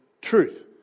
truth